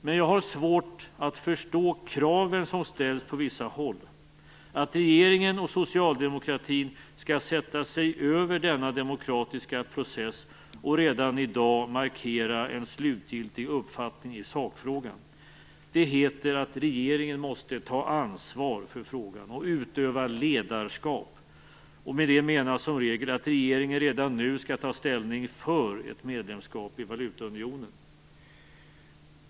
Men jag har svårt att förstå kraven som ställs på vissa håll, att regeringen och socialdemokratin skall sätta sig över denna demokratiska process och redan i dag markera en slutgiltig uppfattning i sakfrågan. Det heter att regeringen "måste ta ansvar för frågan" och "utöva ledarskap". Med det menas som regel att regeringen redan nu skall ta ställning för ett medlemskap i valutaunionen.